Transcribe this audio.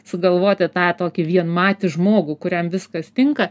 sugalvoti tą tokį vienmatį žmogų kuriam viskas tinka